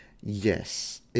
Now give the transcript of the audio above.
Yes